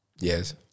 yes